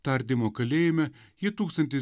tardymo kalėjime ji tūkstantis